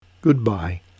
goodbye